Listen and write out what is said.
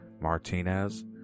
Martinez